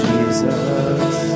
Jesus